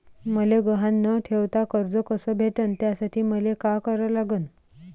मले गहान न ठेवता कर्ज कस भेटन त्यासाठी मले का करा लागन?